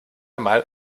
einmal